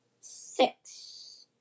six